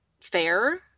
fair